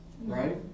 right